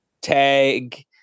tag